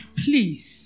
please